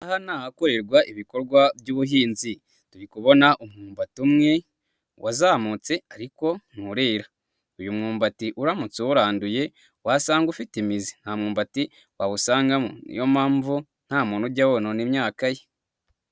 Aha ni ahakorerwa ibikorwa by'ubuhiznzi. Ibi ubona ni umwumbati umwe wazamutse ariko nturira. Uyu mmbati uramutse uwuranduye wasanga ufite imizi nta mwumbati wawusangamo. Niyo mpamvu nta muntu ujya wonona imyaka ye.